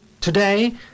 Today